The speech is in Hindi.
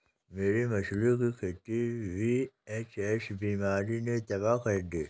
मेरी मछली की खेती वी.एच.एस बीमारी ने तबाह कर दी